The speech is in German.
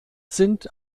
sind